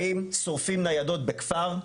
באים שורפים ניידות כפר.